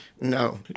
No